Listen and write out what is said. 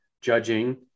judging